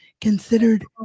considered